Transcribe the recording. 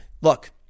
Look